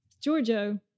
Giorgio